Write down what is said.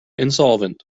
insolvent